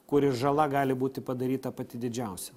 kuri žala gali būti padaryta pati didžiausia